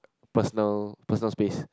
personal personal space